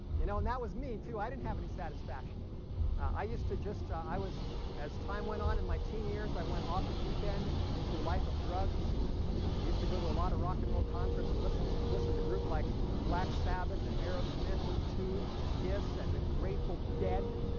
you know and that was me too i didn't have any satisfaction i used to just i was as time went on in my teen years i went off the deep end into a life of drugs i used to go to a lot of rock and roll concerts and listen listen to group like black sabbath and aerosmith and the tubes and kiss and the grateful dead